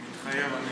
מתחייב אני